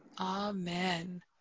Amen